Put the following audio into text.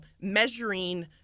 measuring